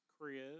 crib